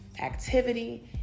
activity